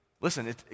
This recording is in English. Listen